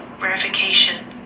verification